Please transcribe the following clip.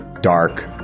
dark